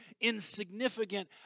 insignificant